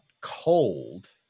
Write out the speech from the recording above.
cold